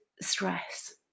stress